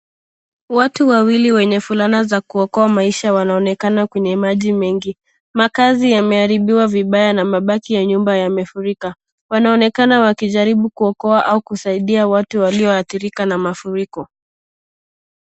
Watu wawili wenye fulana za kuokoa maisha wanaonekana kwenye maji mengi. Makazi yameharibiwa vibaya na mabaki ya nyumba yamefurika. Wanaonekana wakijaribu kuokoa au kusaidia watu waliodhirika na mafuriko.